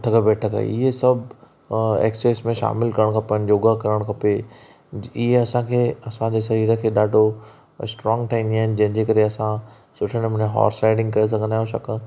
उठक बैठक इहे सभ एक्ससाइस में शामिल करणो खपनि योगा करणु खपे इहे असां खे असां जे सरीर खे ॾाढो स्ट्रांग ठाहींदी आहिनि जंहिं जे करे असां सुठे नमूने हॉर्स राइडिंग करे सघंदा आहियूं छाकणि